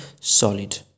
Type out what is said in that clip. solid